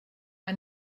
ein